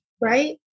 right